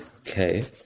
Okay